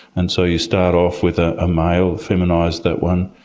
and so you start off with a ah male, feminise that one,